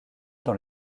dans